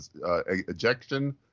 Ejection